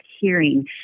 hearing